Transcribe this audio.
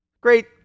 Great